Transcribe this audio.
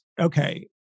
Okay